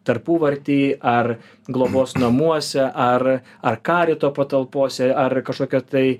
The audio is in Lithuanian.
tarpuvartėj ar globos namuose ar ar karito patalpose ar kažkokio tai